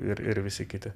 ir visi kiti